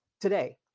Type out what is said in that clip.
today